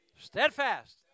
steadfast